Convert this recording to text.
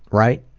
right?